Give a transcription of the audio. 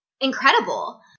incredible